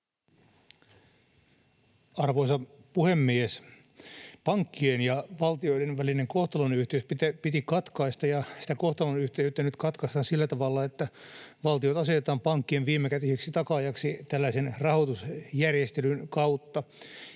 Arvoisa puhemies! Pankkien ja valtioiden välinen kohtalonyhteys piti katkaista, ja sitä kohtalonyhteyttä nyt katkaistaan sillä tavalla, että valtiot asetetaan pankkien viimekätisiksi takaajiksi tällaisen rahoitusjärjestelyn kautta